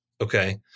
Okay